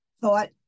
thought